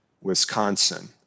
Wisconsin